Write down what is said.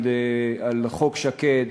על חוק שקד,